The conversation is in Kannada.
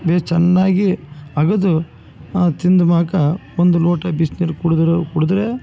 ಬೆ ಚೆನ್ನಾಗಿ ಅಗದು ಆ ತಿಂದ್ಮ್ಯಾಕ ಒಂದು ಲೋಟ ಬಿಸಿನೀರು ಕುಡಿದ್ರೂ ಕುಡಿದ್ರೆ